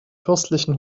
fürstlichen